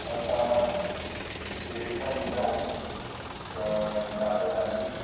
असां देरि सां ईंदा आहिनि त ॾाॾा ॾाॾी